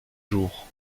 jour